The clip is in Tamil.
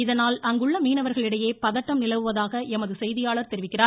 இதனால் அங்குள்ள மீனவர்களிடையே பதட்டம் நிலவுவதாக எமகி செய்தியாளர் தெரிவிக்கிறார்